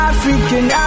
African